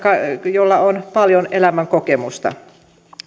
jolla on paljon elämänkokemusta